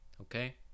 okay